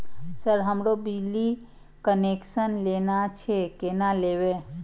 Sir हमरो बिजली connection लेना छे केना लेबे?